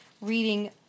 reading